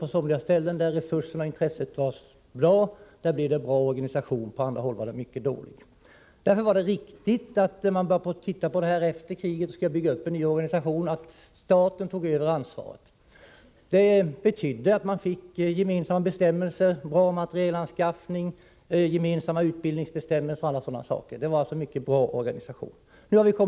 På somliga ställen där resurserna och intresset var bra blev det bra organisation, på andra håll var den mycket dålig. Därför var det riktigt att man efter kriget började undersöka hur man skulle kunna börja bygga upp en ny organisation, där staten skulle överta ansvaret, Det ledde till att man fick gemensamma bestämmelser, bl.a. beträffande utbildning, en bra materielanskaffning osv. Det var en mycket bra organisation som då tillkom.